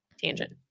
tangent